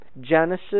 Genesis